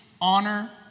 honor